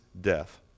death